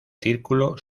círculo